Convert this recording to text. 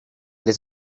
les